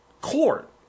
court